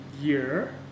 year